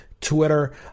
Twitter